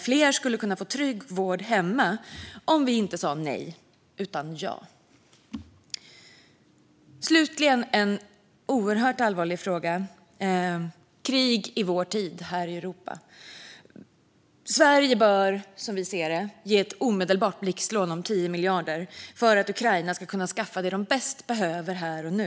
Fler skulle få trygg vård hemma om vi inte sa nej utan ja. Slutligen vill jag ta upp en oerhört allvarlig fråga: krig i vår tid här i Europa. Sverige bör som vi ser det ge ett omedelbart blixtlån om 10 miljarder för att Ukraina ska kunna skaffa det man bäst behöver här och nu.